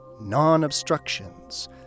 non-obstructions